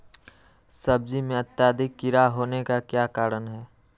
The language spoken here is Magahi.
सब्जी में अत्यधिक कीड़ा होने का क्या कारण हैं?